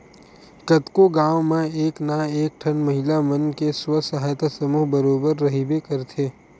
कतको गाँव म एक ना एक ठन महिला मन के स्व सहायता समूह बरोबर रहिबे करथे